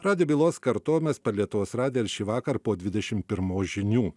radijo bylos kartojimas per lietuvos radiją ir šįvakar po dvidešim pirmos žinių